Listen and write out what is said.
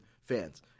fans